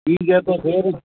ٹھیک ہے تو فر